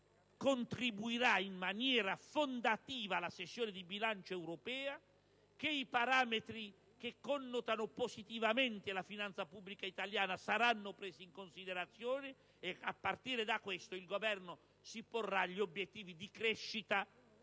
l'Italia contribuirà in maniera fondativa alla sessione di bilancio europea, che i parametri che connotano positivamente la finanza pubblica italiana saranno presi in considerazione e che a partire da questo il Governo si porrà gli obiettivi di crescita che